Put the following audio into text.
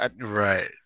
Right